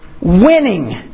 winning